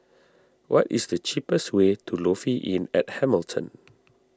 what is the cheapest way to Lofi Inn at Hamilton